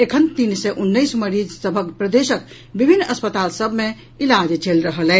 एखन तीन सय उन्नैस मरीज सभक प्रदेशक विभिन्न अस्पताल सभ मे इलाज चलि रहल अछि